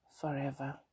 forever